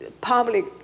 public